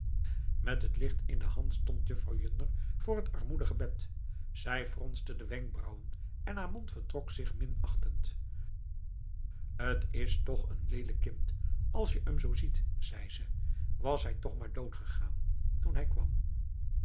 met het licht in de hand stond vrouw juttner voor het armoedige bed zij fronste de wenkbrauwen en haar mond vertrok zich minachtend t is toch een leelijk kind als je hem zoo ziet zei ze was hij toch maar doodgegaan toen hij kwam